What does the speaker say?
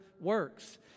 works